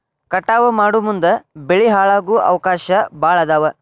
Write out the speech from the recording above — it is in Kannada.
ಕಟಾವ ಮಾಡುಮುಂದ ಬೆಳಿ ಹಾಳಾಗು ಅವಕಾಶಾ ಭಾಳ ಅದಾವ